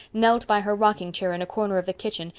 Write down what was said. knelt by her rocking chair in a corner of the kitchen,